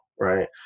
right